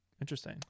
Interesting